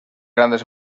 grandes